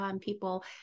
people